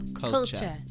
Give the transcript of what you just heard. culture